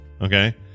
okay